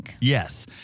Yes